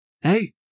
Hey